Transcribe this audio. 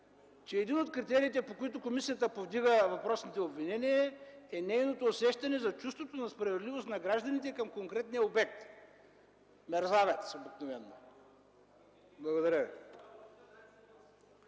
че един от критериите, по които комисията повдига въпросните обвинения, е нейното усещане за чувството на справедливост на гражданите към конкретния обект. Благодаря Ви.